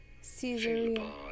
Caesarea